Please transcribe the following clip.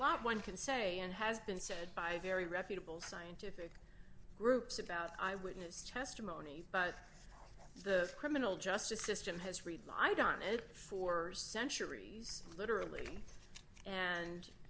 lot one can say and has been said by very reputable scientific groups about eyewitness testimony but the criminal justice system has relied on it for centuries literally and